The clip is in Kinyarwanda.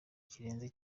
kirenze